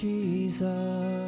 Jesus